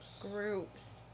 Groups